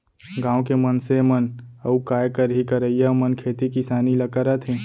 गॉंव के मनसे मन अउ काय करहीं करइया मन खेती किसानी ल करत हें